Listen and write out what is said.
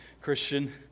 Christian